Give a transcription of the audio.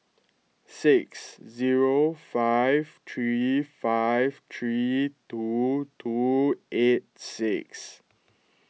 six zero five three five three two two eight six